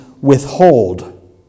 withhold